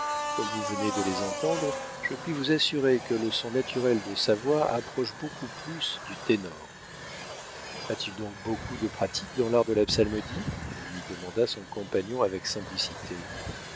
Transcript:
comme vous venez de les entendre je puis vous assurer que le son naturel de sa voix approche beaucoup plus du ténor a-t-il donc beaucoup de pratique dans l'art de la psalmodie lui demanda son compagnon avec simplicité